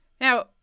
Now